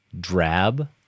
drab